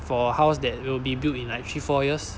for a house that will be built in like three four years